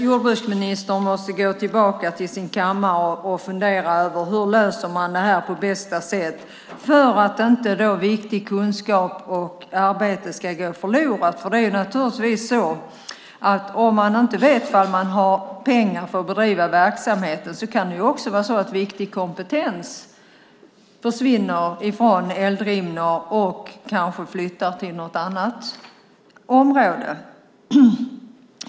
Jordbruksministern måste gå tillbaka till sin kammare och fundera över hur man löser detta på bästa sätt för att inte viktig kunskap och viktigt arbete ska gå förlorat. Har man inte pengar att bedriva verksamheten kan viktig kompetens försvinna från Eldrimner och flytta till ett annat område.